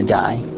die